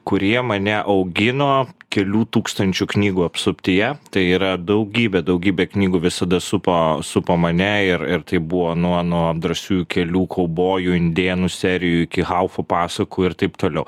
kurie mane augino kelių tūkstančių knygų apsuptyje tai yra daugybė daugybė knygų visada supo supo mane ir ir tai buvo nuo nuo drąsiųjų kelių kaubojų indėnų serijų iki haufo pasakų ir taip toliau